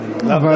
אבל